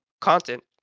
content